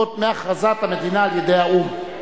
מהכרזת המדינה על-ידי האו"ם.